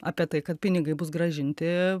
apie tai kad pinigai bus grąžinti